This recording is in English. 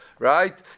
Right